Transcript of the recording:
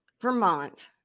Vermont